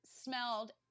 smelled